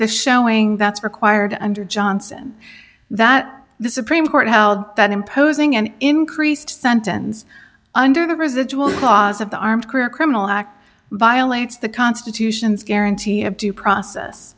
the showing that's required under johnson that the supreme court held that imposing an increased sentence under the residual clause of the armed career criminal act violates the constitution's guarantee of due process